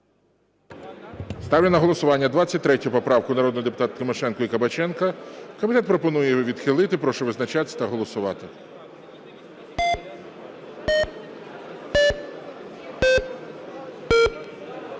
Ставлю на голосування 23 поправку народних депутатів Тимошенко і Кабаченка. Комітет пропонує її відхилити. Прошу визначатись та голосувати.